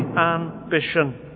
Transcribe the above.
ambition